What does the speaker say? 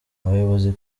abayobozi